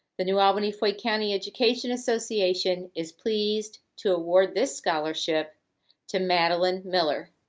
the new albany floyd county education association is pleased to award this scholarship to madalyn miller.